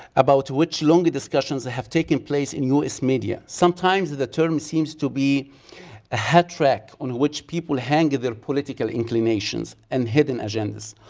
about which long discussions ah have taken place in us media some times the terms seems to be a hat trick on which people hang their political inclinations and hidden agendas.